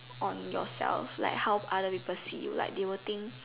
on yourself like how other people see you like they'll think